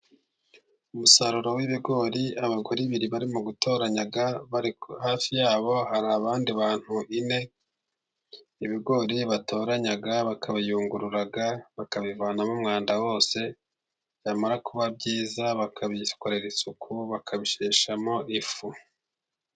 Umusaruro w'ibigori, abagore babiri bari gutoranya, hafi y'abo hari abandi bantu bane, ibigori batoranya bakabiyungurura bakabivanamo umwanda wose, byamara kuba byiza, bakabikorera isuku, bakabisheshamo ifu.